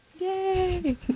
Yay